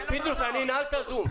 פינדרוס, אני אנעל את הזום.